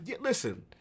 Listen